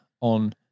on